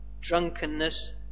drunkenness